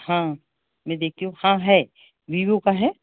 हाँ मैं देखती हूँ हाँ है विवो का है